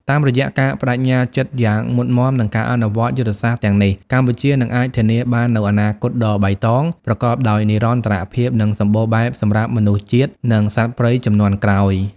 តាមរយៈការប្តេជ្ញាចិត្តយ៉ាងមុតមាំ និងការអនុវត្តយុទ្ធសាស្ត្រទាំងនេះ កម្ពុជានឹងអាចធានាបាននូវអនាគតដ៏បៃតង ប្រកបដោយនិរន្តរភាព និងសម្បូរបែបសម្រាប់មនុស្សជាតិ និងសត្វព្រៃជំនាន់ក្រោយ។